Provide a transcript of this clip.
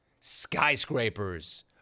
Skyscrapers